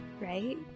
right